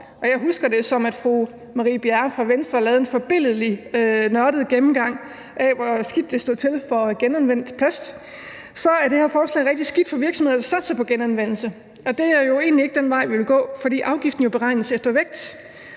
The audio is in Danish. jeg husker det sådan, at fru Marie Bjerre fra Venstre lavede en forbilledlig nørdet gennemgang af, hvor skidt det stod til for genanvendt plast – er det her forslag rigtig skidt for virksomheder, der satser på genanvendelse, og det er jo egentlig ikke den vej, vi vil gå, men det er, fordi afgiften beregnes efter vægt,